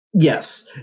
yes